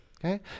okay